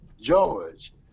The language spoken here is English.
George